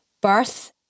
Birth